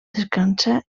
descansa